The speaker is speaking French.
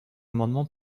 amendement